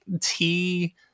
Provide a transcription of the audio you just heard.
tea